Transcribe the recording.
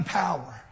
power